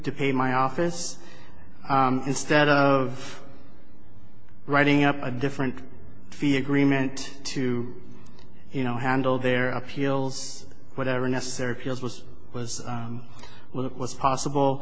to pay my office instead of writing up a different field agreement to you know handle their appeals whatever necessary feels was was well it was possible